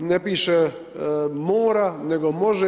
Ne piše, mora, nego može.